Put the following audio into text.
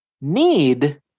need